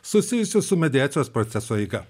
susijusius su mediacijos proceso eiga